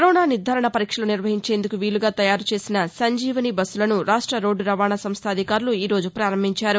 corona నిర్దరణ పరీక్షలు నిర్వహించేందుకు వీలుగా తయారు చేసిన సంజీవని బస్సులను రాష్ట రోడ్లు రవాణా సంస్ల అధికారులు ఈరోజు పారంభించారు